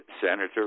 Senator